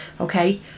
okay